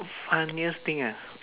funniest thing ah